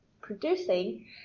producing